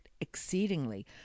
exceedingly